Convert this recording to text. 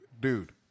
dude